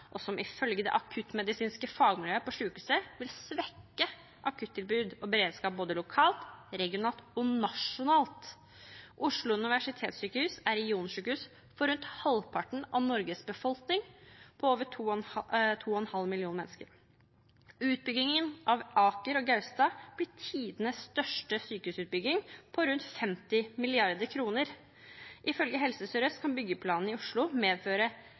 og som ifølge det akuttmedisinske fagmiljøet på sykehuset vil svekke akuttilbud og beredskap både lokalt, regionalt og nasjonalt. Oslo universitetssykehus er regionsykehus for rundt halvparten av Norges befolkning, for 2,5 millioner mennesker. Utbyggingen av Aker og Gaustad blir tidenes største sykehusutbygging, på rundt 50 mrd. kr. Ifølge Helse Sør-Øst kan byggeplanene i Oslo medføre